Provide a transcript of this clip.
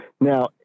Now